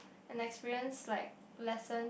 and experience like lesson